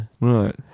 Right